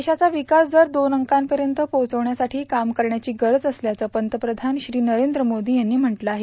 देशाचा विकासदर दोन अंकांपर्यंत पोहोचविण्यासाठी काम करण्याची गरज असल्याचं पंतप्रधान श्री नरेंद्र मोदी यांनी म्हटलं आहे